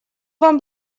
вам